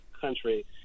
country